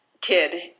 kid